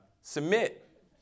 submit